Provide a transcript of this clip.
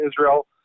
Israel